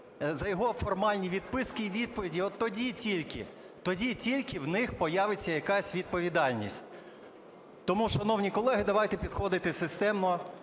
за його формальні відписки і відповіді. От тоді тільки, тоді тільки у них появиться якась відповідальність. Тому, шановні колеги, давайте підходити системно.